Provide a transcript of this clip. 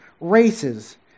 races